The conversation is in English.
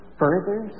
further